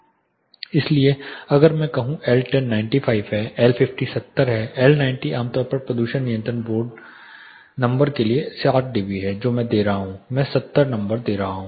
इसलिए अगर मैं कहूं कि L10 95 है L50 70 है L90 आम तौर पर प्रदूषण नियंत्रण बोर्ड नंबर के लिए 60 डीबी है जो मैं दे रहा हूं मैं 70 नंबर दे रहा हूं